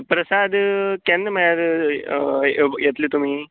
प्रसाद केन्ना म्हळ्यार येतले तुमी